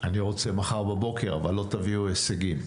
אני רוצה מחר בבוקר אבל לא תביאו הישגים.